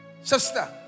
Sister